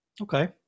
Okay